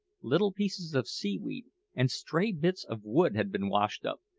little pieces of seaweed and stray bits of wood had been washed up,